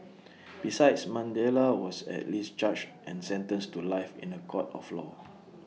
besides Mandela was at least charged and sentenced to life in A court of law